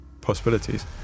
possibilities